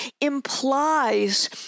implies